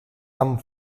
amb